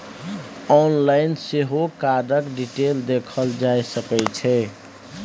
online सेहो कार्डक detail देखल जा सकै छै